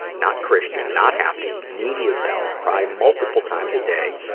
not christian, not happy, needy as hell, cry multiple times a day,